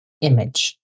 image